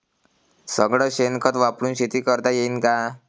सगळं शेन खत वापरुन शेती करता येईन का?